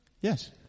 Yes